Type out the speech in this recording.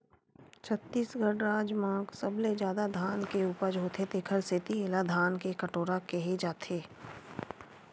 छत्तीसगढ़ राज म सबले जादा धान के उपज होथे तेखर सेती एला धान के कटोरा केहे जाथे